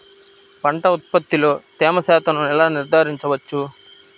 పంటల ఉత్పత్తిలో తేమ శాతంను ఎలా నిర్ధారించవచ్చు?